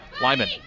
Lyman